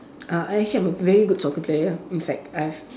uh I actually am a very good soccer player in fact I've